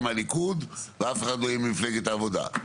מהליכוד ואף אחד לא יהיה ממפלגת העבודה.